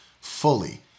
fully